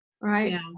Right